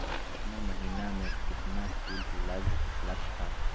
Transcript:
केतना महीना में कितना शुध लग लक ह?